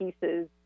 pieces